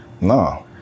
no